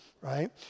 right